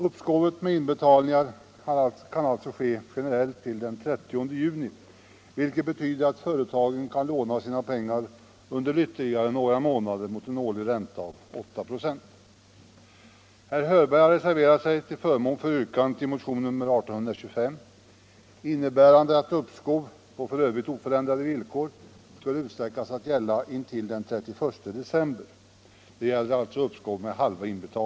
Uppskov med inbetalningar kan alltså generellt ske till den 30 juni, vilket betyder att företagen kan låna sina pengar under ytterligare några månader mot en årlig ränta av 8 96.